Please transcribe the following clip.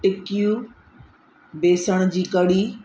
टिक्कियूं बेसण जी कढ़ी